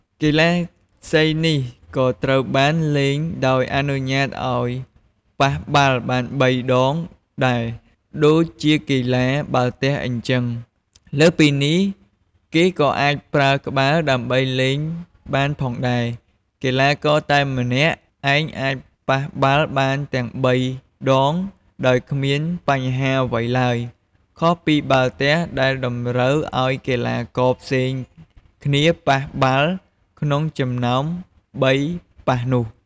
កីឡាសីនេះក៏ត្រូវបានលេងដោយអនុញ្ញាតឱ្យប៉ះបាល់បាន៣ ដងដែរ ដូចជាកីឡាបាល់ទះអ៊ីចឹង លើសពីនេះ គេក៏អាចប្រើក្បាលដើម្បីលេងបានផងដែរ។ កីឡាករតែម្នាក់ឯងអាចប៉ះបាល់បានទាំង៣ ដងដោយគ្មានបញ្ហាអ្វីឡើយ ខុសពីបាល់ទះដែលតម្រូវឱ្យកីឡាករផ្សេងគ្នាប៉ះបាល់ក្នុងចំណោម៣ប៉ះនោះ។